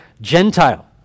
Gentile